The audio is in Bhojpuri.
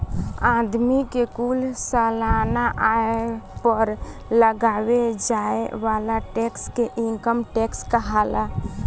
आदमी के कुल सालाना आय पर लगावे जाए वाला टैक्स के इनकम टैक्स कहाला